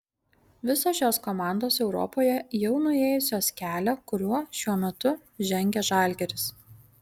visos šios komandos europoje jau nuėjusios kelią kuriuo šiuo metu žengia žalgiris